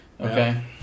Okay